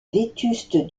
vétuste